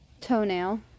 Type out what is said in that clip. toenail